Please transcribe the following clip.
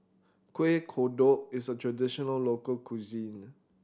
Kuih Kodok is a traditional local cuisine